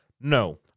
No